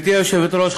גברתי היושבת-ראש,